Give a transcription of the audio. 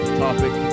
topic